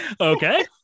Okay